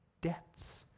debts